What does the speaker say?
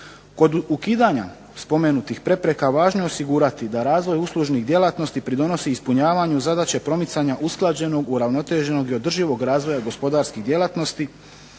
Kod ukidanja spomenutih prepreka važno je osigurati da razvoj uslužnih djelatnosti pridonosi ispunjavanju zadaće promicanja usklađenog, uravnoteženog i održivog razvoja gospodarskih djelatnosti,